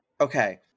Okay